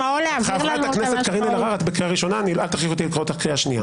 חברי הכנסת, אני קורא אתכם לסדר.